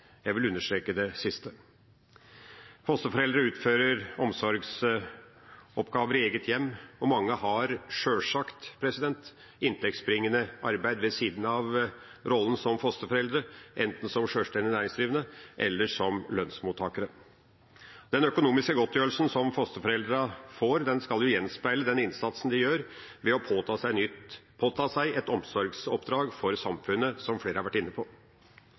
Jeg vil understreke det siste. Fosterforeldre utfører omsorgsoppgaver i eget hjem, og mange har sjølsagt inntektsbringende arbeid ved siden av rollen som fosterforeldre, enten som sjølstendig næringsdrivende eller som lønnsmottakere. Den økonomiske godtgjørelsen som fosterforeldrene får, skal gjenspeile den innsatsen de gjør ved å påta seg et omsorgsoppdrag for samfunnet, som flere har vært inne på.